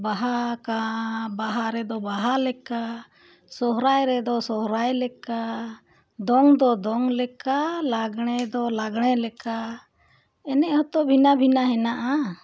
ᱵᱟᱦᱟ ᱵᱟᱦᱟ ᱨᱮᱫᱚ ᱵᱟᱦᱟ ᱞᱮᱠᱟ ᱥᱚᱦᱚᱨᱟᱭ ᱨᱮᱫᱚ ᱥᱚᱦᱚᱨᱟᱭ ᱞᱮᱠᱟ ᱫᱚᱝ ᱫᱚ ᱫᱚᱝ ᱞᱮᱠᱟ ᱞᱟᱜᱽᱬᱮ ᱫᱚ ᱞᱟᱜᱽᱬᱮ ᱞᱮᱠᱟ ᱮᱱᱮᱡ ᱦᱚᱸᱛᱚ ᱵᱷᱤᱱᱟᱹ ᱵᱷᱤᱱᱟᱹ ᱦᱮᱱᱟᱜᱼᱟ